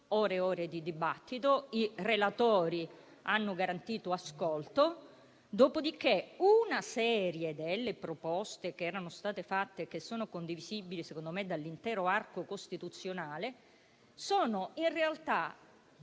(ore ed ore di dibattito) e i relatori hanno garantito ascolto; dopodiché, una serie delle proposte che erano state fatte, che sono condivisibili, secondo me, dall'intero arco costituzionale, sono in realtà